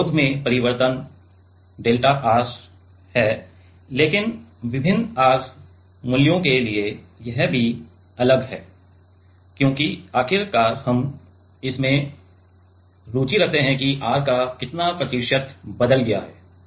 प्रतिरोध में परिवर्तन डेल्टा R है लेकिन विभिन्न R मूल्य के लिए यह भी अलग है क्योंकि आखिरकार हम इसमें रुचि रखते हैं कि R का कितना प्रतिशत बदल गया है